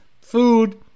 food